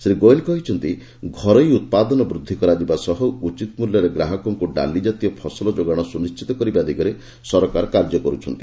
ଶ୍ରୀ ଗୋଏଲ କହିଛନ୍ତି ଘରୋଇ ଉତ୍ପାଦନ ବୃଦ୍ଧି କରାଯିବା ସହ ଉଚିତ୍ ମୂଲ୍ୟରେ ଗ୍ରାହକଙ୍କୁ ଡାଲିଜାତୀୟ ଫସଲ ଯୋଗାଣ ସୁନିଶ୍ଚିତ କରିବା ଦିଗରେ ସରକାର କାର୍ଯ୍ୟ କରୁଛନ୍ତି